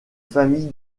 famille